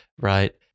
right